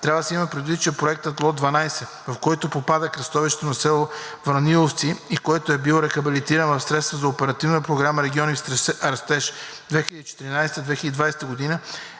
трябва да се има предвид, че проектът Лот 12, в който попада кръстовището на село Враниловци и който е бил рехабилитиран от средства на Оперативна програма „Региони в растеж“ 2014 – 2020 г.,